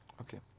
Okay